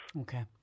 Okay